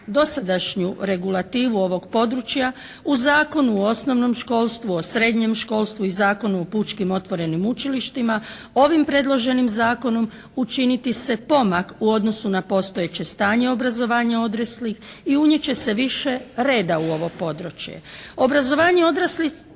dosadašnju regulativu ovog područja u Zakonu o osnovnom školstvu, o srednjem školstvu i Zakonu o pučkim otvorenim učilištima ovim predloženim zakonom učiniti se pomak u odnosu na postojeće stanje obrazovanja odraslih i unijet će se više reda u ovo područje. Obrazovanje odraslih